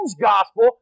gospel